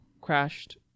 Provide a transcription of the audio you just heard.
crashed